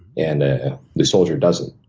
and the soldier doesn't.